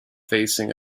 facing